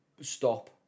stop